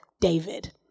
David